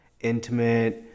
intimate